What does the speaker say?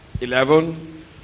eleven